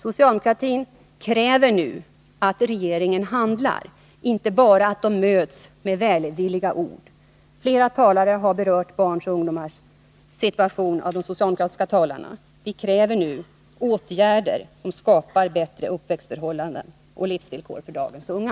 Socialdemokratin kräver nu att regeringen handlar — att barn och ungdomar inte bara möts med välvilliga ord. Flera socialdemokratiska talare har berört barns och ungdomars situation. Vi kräver nu åtgärder, som skapar bättre uppväxtförhållanden och livsvillkor för dagens unga.